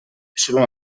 selon